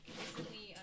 recently